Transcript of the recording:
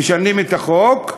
משנים את החוק,